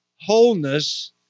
wholeness